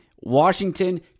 Washington